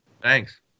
Thanks